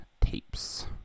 tapes